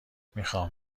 میخام